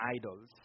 idols